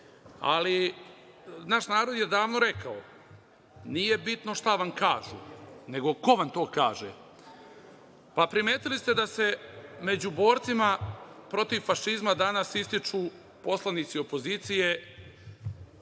naš narod je davno rekao – nije bitno šta vam kažu, nego ko vam to kaže. Primetili ste da se među borcima protiv fašizma danas ističu poslanici opozicije,